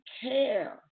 care